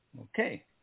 Okay